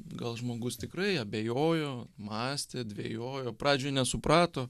gal žmogus tikrai abejojo mąstė dvejojo pradžiai nesuprato